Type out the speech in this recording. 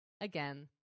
again